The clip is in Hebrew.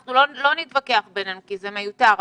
לא נתווכח בינינו כי זה מיותר.